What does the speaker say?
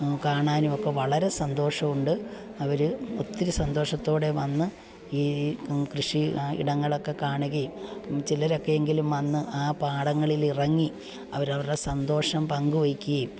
കാണാനൊക്കെ വളരെ സന്തോഷമുണ്ട് അവർ ഒത്തിരി സന്തോഷത്തോടെ വന്ന് ഈ കൃഷി ഇടങ്ങളൊക്കെ കാണുകയും ചിലരൊക്കെയെങ്കിലും വന്ന് ആ പാടങ്ങളിൽ ഇറങ്ങി അവർ അവരുടെ സന്തോഷം പങ്കുവയ്ക്കുകയും